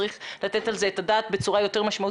צריך לתת על זה את הדעת בצורה יותר משמעותית.